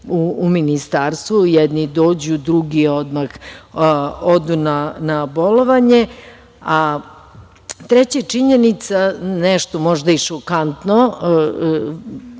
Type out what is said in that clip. u Ministarstvu. Jedni dođu, drugi odmah odu na bolovanje. Treće, činjenica, nešto možda i šokantno,